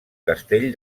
castell